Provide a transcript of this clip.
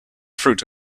fruit